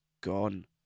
gone